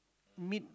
meat